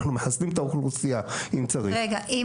אנחנו מחסנים את האוכלוסייה אם צריך.